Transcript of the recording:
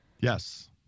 Yes